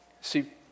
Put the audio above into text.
See